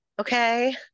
Okay